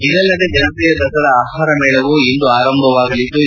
ಇದಲ್ಲದೆ ಜನಪ್ರಿಯ ದಸರಾ ಆಹಾರಮೇಳವೂ ಇಂದು ಆರಂಭವಾಗಲಿದ್ಲು